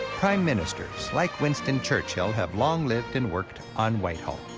prime ministers-like winston churchill-have long lived and worked on whitehall.